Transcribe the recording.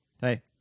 Hey